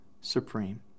supreme